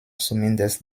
zumindest